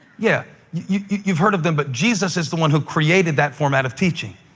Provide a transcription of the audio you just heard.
yeah, you've heard of them, but jesus is the one who created that format of teaching,